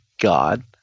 God